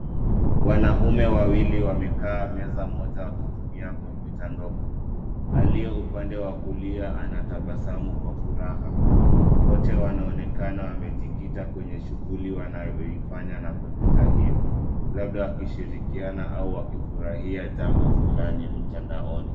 Wanaume wawili wamekaa meza moja, wakitumia kompyuta ndogo. Aliye upande wa kulia, anatabasamu kwa furaha. Wote wanaonekana wamejikita kwenye shughuli wanayoifanya na kompyuta hiyo, labda wakishirikiana au wakifurahia jambo fulani mtandaoni.